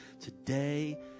today